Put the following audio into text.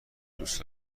دوست